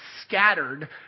scattered